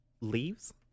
Leaves